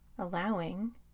Allowing